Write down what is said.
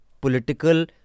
political